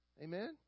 amen